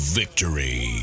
victory